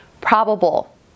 probable